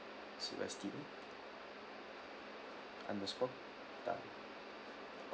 C O S T A underscore tan